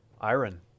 Iron